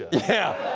yeah,